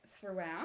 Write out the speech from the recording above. throughout